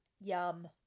Yum